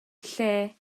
lle